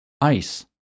Ice